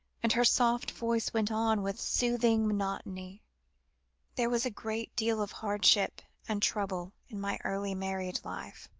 and her soft voice went on, with soothing monotony there was a great deal of hardship and trouble in my early married life,